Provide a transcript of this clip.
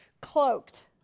cloaked